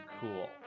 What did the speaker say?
Cool